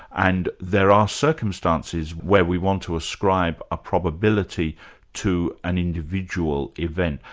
and there are circumstances where we want to ascribe a probability to an individual event.